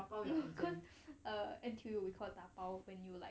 no caus~ N_T_U we call 打包 when you like